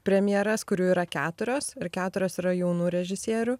premjeras kurių yra keturios ir keturios yra jaunų režisierių